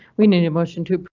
we need emotion too.